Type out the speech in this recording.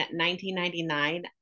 1999